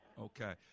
okay